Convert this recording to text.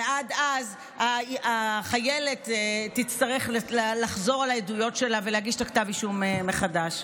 ואז החיילת תצטרך לחזור על העדויות שלה ולהגיש את כתב האישום מחדש.